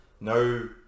no